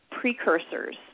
precursors